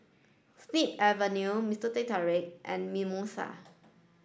snip Avenue Mister Teh Tarik and Mimosa